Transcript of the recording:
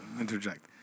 interject